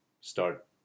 start